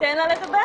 תן לה לדבר.